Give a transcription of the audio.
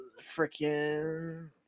freaking